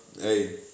Hey